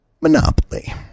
Monopoly